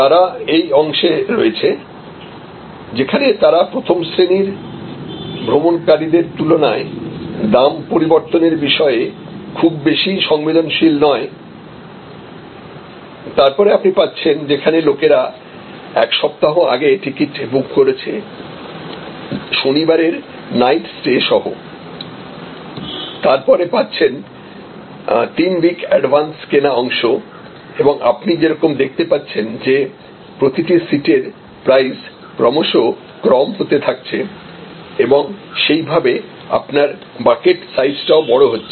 তারা এই অংশে রয়েছে যেখানে তারা প্রথম শ্রেণীর ভ্রমণকারীদের তুলনায় দাম পরিবর্তনের বিষয়ে খুব বেশি সংবেদনশীল নয় তারপরে আপনি পাচ্ছেন যেখানে লোকেরা এক সপ্তাহ আগে টিকেট বুক করছে শনিবারের নাইট স্টে সহ তারপরে পাচ্ছেন 3 উইক অ্যাডভান্স কেনা অংশ এবং আপনি যেরকম দেখতে পাচ্ছেন যে প্রতিটি সিটের প্রাইস ক্রমশ কম হতে থাকছে এবং সেই ভাবে আপনার বাকেট সাইজটাও বড় হচ্ছে